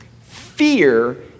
Fear